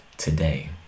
Today